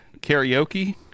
karaoke